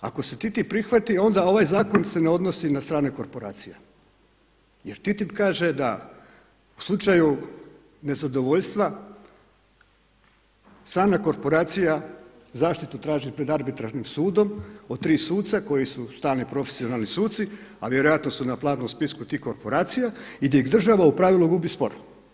Ako se TTIP prihvati onda ovaj zakon se ne odnosi na strane korporacije jer TTIP kaže da u slučaju nezadovoljstva strana korporacija zaštitu traži pred arbitražnom sudom od tri suca koji su stalni profesionalni suci a vjerojatno su na platnom spisku tih korporacija i gdje država u pravilu gubi spor.